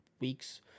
weeks